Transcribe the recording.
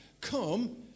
come